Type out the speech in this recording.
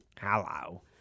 Hello